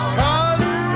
cause